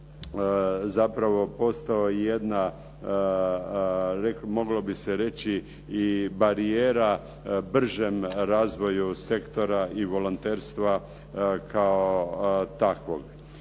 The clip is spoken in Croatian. zapravo postao jedna, moglo bi se reći i barijera bržem razvoju sektora i volonterstva kao takvog.